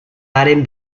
haren